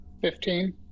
Fifteen